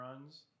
runs